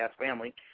family